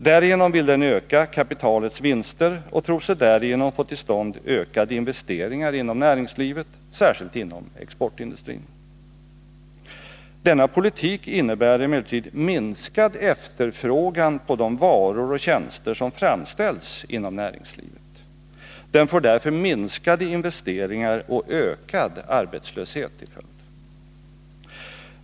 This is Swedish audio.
Därigenom vill den öka kapitalets vinster och tror sig därigenom få till stånd ökade investeringar inom näringslivet, särskilt inom exportindustrin. Denna politik innebär emellertid minskad efterfrågan på de varor och tjänster som framställs inom näringslivet. Den får därför minskade investeringar och ökad arbetslöshet till följd.